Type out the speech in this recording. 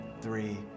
three